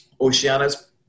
Oceana's